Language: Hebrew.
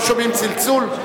לא שומעים צלצול?